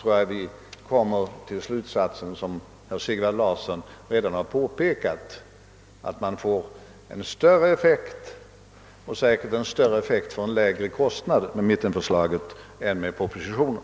Om vi gör det tror jag att vi, som herr Sigvard Larsson i Umeå redan har påpekat, kommer till den slutsatsen att effekten blir större, säkerligen också till en lägre kostnad, med mittenförslaget än med propositionen.